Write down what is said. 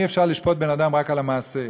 אי-אפשר לשפוט בן-אדם רק על המעשה,